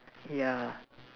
ya